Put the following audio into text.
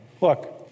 Look